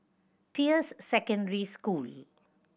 Peirce Secondary School